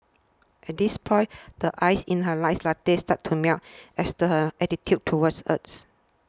at this point the ice in her iced latte starts to melt as does her attitude towards us